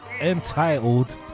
Entitled